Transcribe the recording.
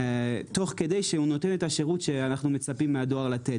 תוך כדי זה שהוא נותן את השירות שאנחנו מצפים ממנו לתת.